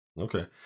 Okay